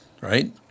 right